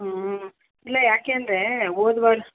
ಹ್ಞೂ ಇಲ್ಲ ಯಾಕೆ ಅಂದ್ರೆ ಹೋದ ವಾರ